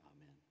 Amen